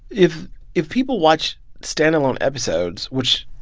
if if people watch standalone episodes, which.